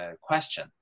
question